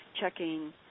checking